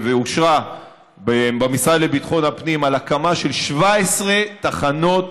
אושרה במשרד לביטחון הפנים הקמה של 17 תחנות